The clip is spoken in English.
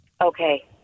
Okay